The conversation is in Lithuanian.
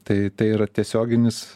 tai tai yra tiesioginis